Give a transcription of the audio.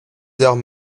heures